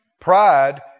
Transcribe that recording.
Pride